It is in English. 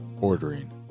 ordering